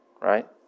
right